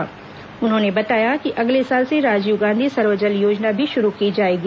उर्न्होने बताया कि अगले साल से राजीव गांधी सर्वजल योजना भी शुरू की जाएगी